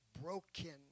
broken